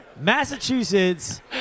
Massachusetts